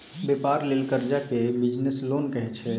बेपार लेल करजा केँ बिजनेस लोन कहै छै